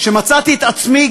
שמצאתי את עצמי,